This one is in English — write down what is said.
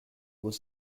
was